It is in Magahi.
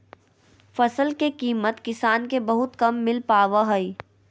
फसल के कीमत किसान के बहुत कम मिल पावा हइ